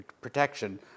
protection